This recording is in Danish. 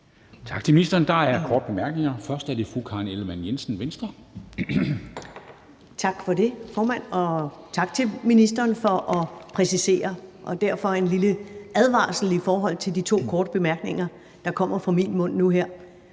Tak til ministeren. Der er korte bemærkninger. Først er det fru Karen Ellemann, Venstre. Kl. 13:59 Karen Ellemann (V): Tak for det, formand. Og tak til ministeren for at præcisere. Som en lille advarsel i forhold til de to korte bemærkninger, der kommer fra min mund nu her,